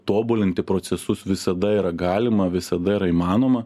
tobulinti procesus visada yra galima visada įmanoma